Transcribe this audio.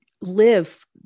live